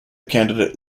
candidate